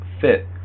fit